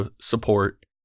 support